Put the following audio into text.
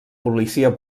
policia